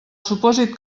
supòsit